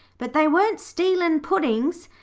but they weren't stealing puddin's.